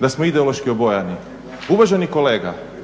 da smo ideološki obojani. Uvaženi kolega,